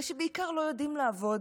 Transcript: אבל שבעיקר לא יודעים לעבוד,